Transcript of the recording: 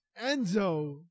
Enzo